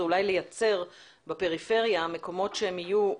זה אולי לייצר בפריפריה מקומות שיהיו,